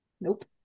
nope